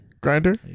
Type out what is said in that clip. Grinder